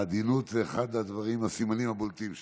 העדינות היא אחד הסימנים הבולטים שלי.